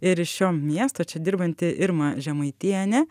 ir iš šio miesto čia dirbanti irma žemaitienė